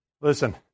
Listen